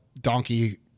donkey